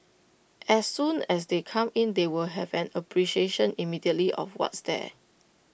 as soon as they come in they will have an appreciation immediately of what's there